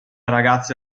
ragazze